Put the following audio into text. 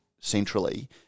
centrally